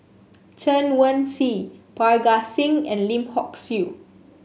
Chen Wen Hsi Parga Singh and Lim Hock Siew